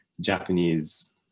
Japanese